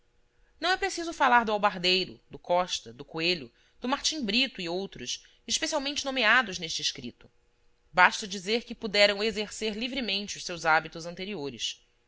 não é preciso falar do albardeiro do costa do coelho do martim brito e outros especialmente nomeados neste escrito basta dizer que puderam exercer livremente os seus hábitos anteriores